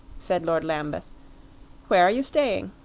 said lord lambeth where are you staying?